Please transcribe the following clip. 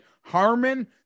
Harmon